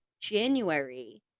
January